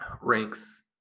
ranks